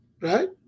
right